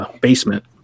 basement